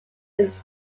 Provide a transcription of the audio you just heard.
its